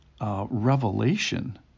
revelation